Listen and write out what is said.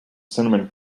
cinnamon